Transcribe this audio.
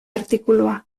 artikulua